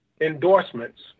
endorsements